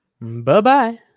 Bye-bye